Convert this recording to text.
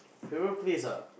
favourite place ah